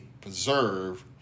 preserve